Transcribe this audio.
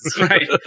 Right